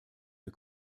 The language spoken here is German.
der